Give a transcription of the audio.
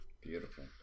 Beautiful